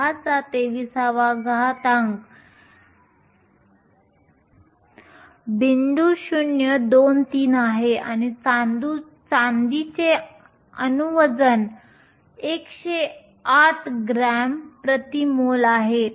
023 x 1023 बिंदू शून्य 2 3 आहे आणि चांदीचे अणू वजन 108 g mol 1 आहे